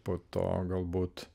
po to galbūt